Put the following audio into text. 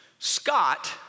Scott